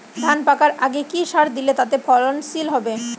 ধান পাকার আগে কি সার দিলে তা ফলনশীল হবে?